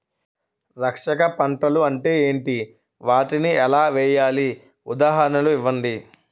రక్షక పంటలు అంటే ఏంటి? వాటిని ఎలా వేయాలి? ఉదాహరణలు ఇవ్వండి?